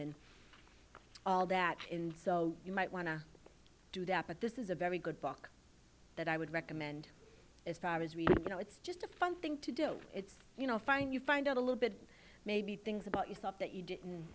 and all that and so you might want to do that but this is a very good book that i would recommend as far as you know it's just a fun thing to do it's you know find you find out a little bit maybe things about yourself that you didn't